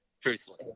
truthfully